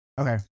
Okay